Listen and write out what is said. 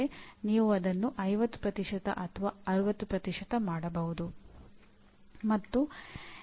ಅದು 2015ರ ಪೂರ್ವ ಮತ್ತು ನಂತರದ ಮಾನ್ಯತೆ ಪ್ರಕ್ರಿಯೆಯನ್ನು ಪ್ರತ್ಯೇಕಿಸುತ್ತದೆ